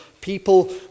people